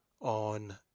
on